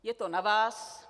Je to na vás.